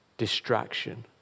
distraction